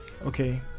Okay